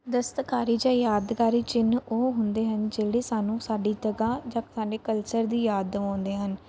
ਦਸਤਕਾਰੀ ਜਾਂ ਯਾਦਗਾਰੀ ਚਿੰਨ੍ਹ ਉਹ ਹੁੰਦੇ ਹਨ ਜਿਹੜੇ ਸਾਨੂੰ ਸਾਡੀ ਦਗਾ ਜਾਂ ਸਾਡੇ ਕਲਚਰ ਦੀ ਯਾਦ ਦਿਵਾਉਂਦੇ ਹਨ